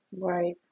Right